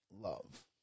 Love*